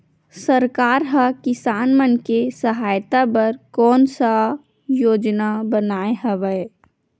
सरकार हा किसान मन के सहायता बर कोन सा योजना बनाए हवाये?